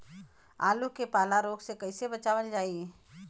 आलू के पाला रोग से कईसे बचावल जाई?